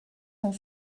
sont